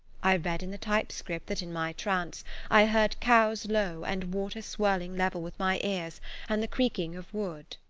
i read in the typescript that in my trance i heard cows low and water swirling level with my ears and the creaking of wood.